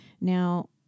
Now